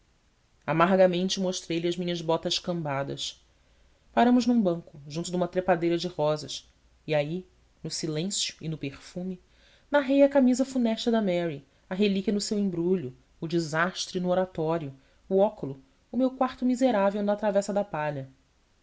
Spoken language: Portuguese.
neves amargamente mostrei-lhe as minhas botas cambadas paramos num banco junto de uma trepadeira de rosas e aí no silêncio e no perfume narrei a camisa funesta da mary a relíquia no seu embrulho o desastre no oratório o óculo o meu quarto miserável na travessa da palha